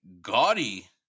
gaudy